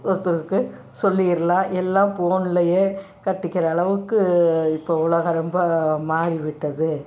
ஒருத்தருக்கு சொல்லிடலாம் எல்லாம் போன்லேயே கட்டிக்கிற அளவுக்கு இப்போ உலகம் ரொம்ப மாறிவிட்டது